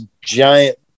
giant